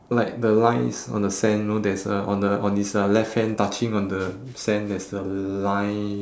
like the lines on the sand know there is a on the on his uh left hand touching on the sand there's a line